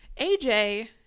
AJ